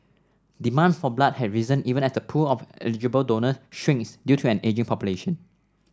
demand for blood has risen even as the pool of eligible donors shrinks due to an ageing population